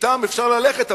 שאתם אפשר ללכת.